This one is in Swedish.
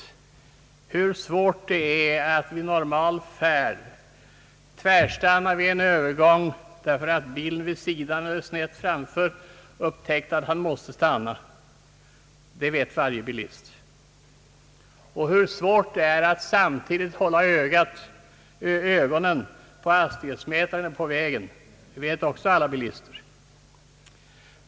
Varje bilist vet hur svårt det är att från normal fart tvärstanna vid en övergång, därför att bilisten vid sidan eller snett framför upptäckt att han måste stanna. Likaså vet alla bilister hur svårt det är alt samtidigt hålla ögonen på hastighetsmätaren och på vägen.